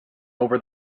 over